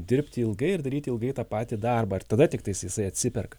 dirbti ilgai ir daryti ilgai tą patį darbą ir tada tiktai jisai atsiperka